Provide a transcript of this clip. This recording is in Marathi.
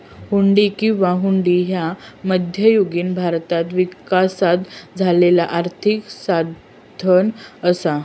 हुंडी किंवा हुंडी ह्या मध्ययुगीन भारतात विकसित झालेला आर्थिक साधन असा